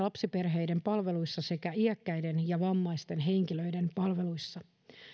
lapsiperheiden palveluissa sekä iäkkäiden ja vammaisten henkilöiden palveluissa